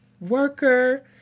worker